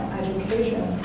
education